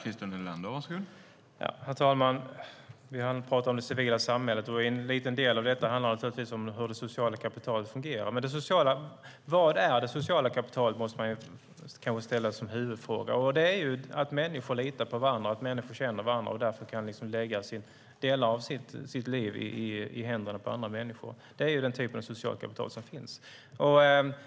Herr talman! Vi har talat om det civila samhället, och en liten del av det handlar naturligtvis om hur det sociala kapitalet fungerar. Vad det sociala kapitalet är måste man ställa som huvudfråga. Det är att människor känner varandra och litar på varandra och därför kan lägga delar av sitt liv i händerna på andra. Det är socialt kapital.